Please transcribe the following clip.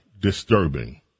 disturbing